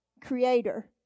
creator